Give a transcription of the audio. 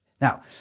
Now